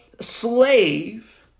slave